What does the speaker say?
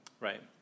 Right